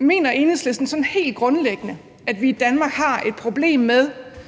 Mener Enhedslisten sådan helt grundlæggende, at vi i Danmark har et problem med